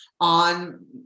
on